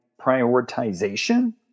prioritization